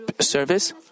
service